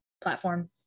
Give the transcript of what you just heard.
platform